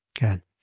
good